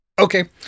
Okay